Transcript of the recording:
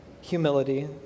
humility